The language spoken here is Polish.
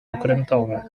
okrętowe